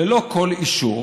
ללא כל אישור,